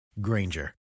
Granger